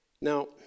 Now